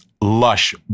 lush